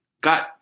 got